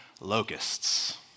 locusts